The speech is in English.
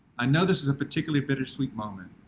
i know this is a particularly bittersweet moment.